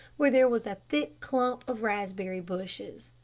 where there was a thick clump of raspberry bushes.